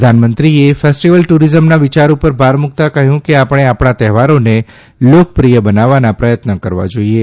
પ્રધાનમંત્રીએ ફેસ્ટીવલ ટુરીઝમના વિયાર ઉપર ભાર મુકતા કહયું કે આપણે આપણા તહેવારોને લોકપ્રિય બનાવવાના પ્રથત્ન કરવા જોઇએ